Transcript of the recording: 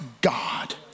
God